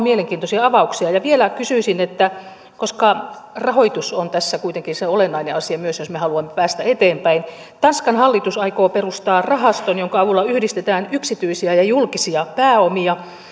mielenkiintoisia avauksia vielä kysyisin koska rahoitus on tässä kuitenkin se olennainen asia myös jos me haluamme päästä eteenpäin tanskan hallitus aikoo perustaa rahaston jonka avulla yhdistetään yksityisiä ja julkisia pääomia